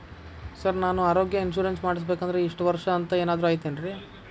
Sir ನಾನು ಆರೋಗ್ಯ insurance ಮಾಡಿಸ್ಬೇಕಂದ್ರೆ ಇಷ್ಟ ವರ್ಷ ಅಂಥ ಏನಾದ್ರು ಐತೇನ್ರೇ?